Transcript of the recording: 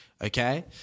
okay